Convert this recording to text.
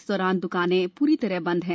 इस दौरान दुकानें पूरी तरह बंद हैं